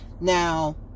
Now